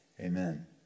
amen